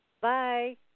Bye